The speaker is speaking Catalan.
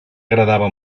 agradava